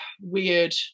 weird